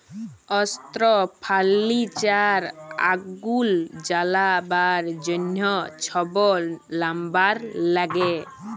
অস্ত্র, ফার্লিচার, আগুল জ্বালাবার জ্যনহ ছব লাম্বার ল্যাগে